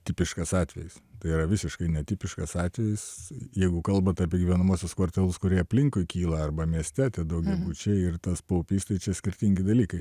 tipiškas atvejis yra visiškai netipiškas atvejis jeigu kalbat apie gyvenamuosius kvartalus kurie aplinkui kyla arba mieste tie daugiabučiai ir tas paupys tai čia skirtingi dalykai